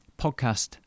podcast